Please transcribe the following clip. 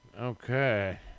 Okay